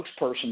spokesperson